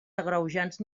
agreujants